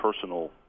personal